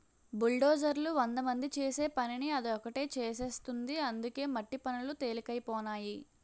బుల్డోజర్లు వందమంది చేసే పనిని అది ఒకటే చేసేస్తుంది అందుకే మట్టి పనులు తెలికైపోనాయి